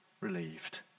relieved